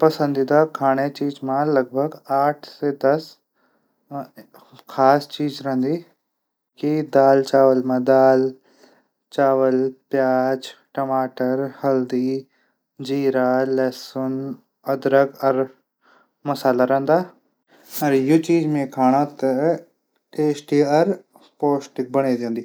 पंसदीदा खाण चीज मा लगभग आठ से दस दाल चावल मा दाल चावल प्याज टमाटर हल्दी जीरा लहसुन अदरक मसाला रैंदा यू चीज खाणू थै टेस्टी और पौष्टिक बणै दीदिन।